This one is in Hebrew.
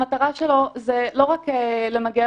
המטרה שלו זה לא רק למגר